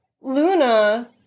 Luna